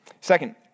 Second